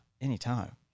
anytime